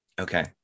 Okay